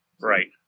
Right